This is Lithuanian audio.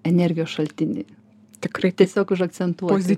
energijos šaltiniai tikrai tiesiog užakcentuoti